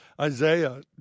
Isaiah